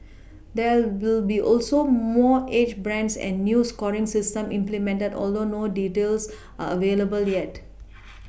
there will be more age brands and new scoring system implemented although no details are available yet